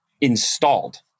installed